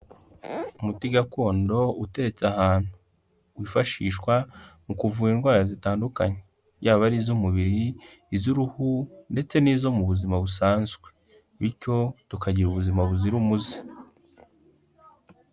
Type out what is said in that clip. Umuti gakondo uteretse ahantu, wifashishwa mu kuvura indwara zitandukanye, yaba ari iz'umubiri, iz'uruhu ndetse n'izo mu buzima busanzwe, bityo tukagira ubuzima buzira umuze.